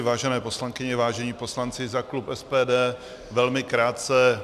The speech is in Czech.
Vážené poslankyně, vážení poslanci, za klub SPD velmi krátce.